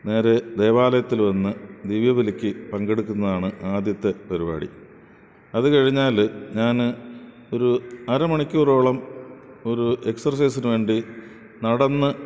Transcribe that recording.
നേരെ ദേവാലയത്തിൽ വന്നു ദിവ്യബലിയ്ക്ക് പങ്കെടുക്കുതാണ് ആദ്യത്തെ പരിപാടി അത് കഴിഞ്ഞാൽ ഞാൻ ഒരു അര മണിക്കൂറോളം ഒരു എക്സസൈസിന് വേണ്ടി നടന്ന്